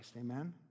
Amen